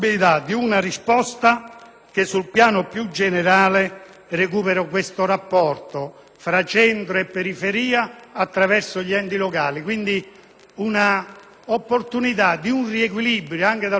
che consentano in generale di recuperare questo rapporto fra centro e periferia attraverso gli enti locali. È opportuno un riequilibrio, anche dal punto di vista costituzionale